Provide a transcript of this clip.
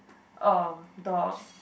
uh the